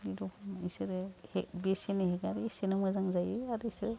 बे रखमै इसोरो हे बेसेनो हेगारो एसेनो मोजां जायो आरो इसोरो